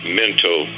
mental